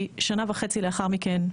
כי שנה וחצי לאחר מכן,